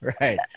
Right